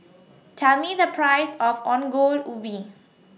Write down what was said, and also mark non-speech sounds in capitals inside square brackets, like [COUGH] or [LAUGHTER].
[NOISE] Tell Me The Price of Ongol Ubi